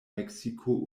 meksiko